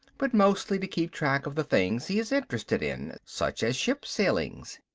but mostly to keep track of the things he is interested in. such as ship sailings.